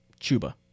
Chuba